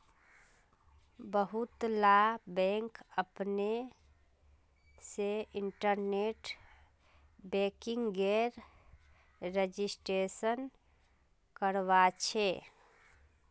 बहुतला बैंक अपने से इन्टरनेट बैंकिंगेर रजिस्ट्रेशन करवाछे